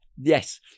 Yes